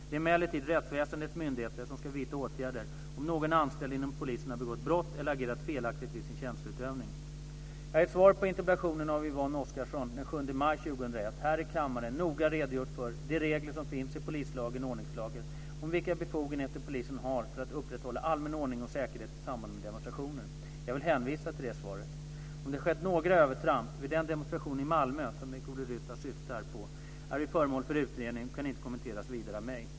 Det är emellertid rättsväsendets myndigheter som ska vidta åtgärder om någon anställd inom polisen har begått brott eller agerat felaktigt vid sin tjänsteutövning. Jag har i ett svar på interpellation av Yvonne Oscarsson den 7 maj 2001 här i kammaren noga redogjort för de regler som finns i polislagen och ordningslagen om vilka befogenheter polisen har för att upprätthålla allmän ordning och säkerhet i samband med demonstrationer. Jag vill hänvisa till det svaret. Om det har skett några övertramp vid den demonstration i Malmö som Bengt-Ola Ryttar syftar på är ju föremål för utredning och kan inte kommenteras vidare av mig.